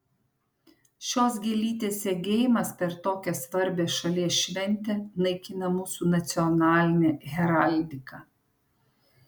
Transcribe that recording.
šios gėlytės segėjimas per tokią svarbią šalies šventę naikina mūsų nacionalinę heraldiką